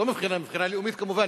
מבחינה לאומית כמובן,